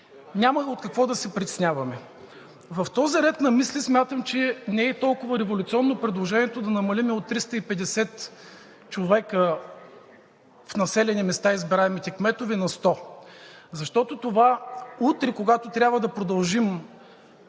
няма от какво да се притесняваме. В този ред на мисли мисля, че не е и толкова революционно предложението да намалим от 350 човека в населени места избираемите кметове – на 100, защото утре, когато трябва да продължим